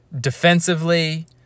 defensively